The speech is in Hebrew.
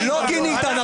אתה אוטו-אנטישמי.